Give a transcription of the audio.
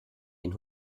den